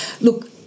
look